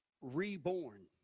reborn